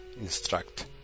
instruct